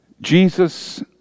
Jesus